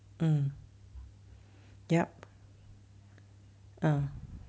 mm yup ah